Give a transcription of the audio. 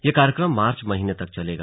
ये कार्यक्रम मार्च महीने तक चलेगा